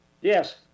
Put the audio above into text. Yes